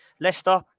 Leicester